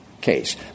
case